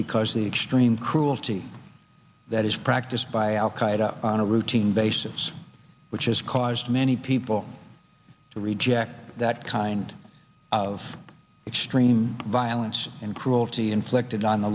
because the extreme cruelty that is practiced by al qaeda on a routine basis which has caused many people to reject that kind of extreme violence and cruelty inflicted on the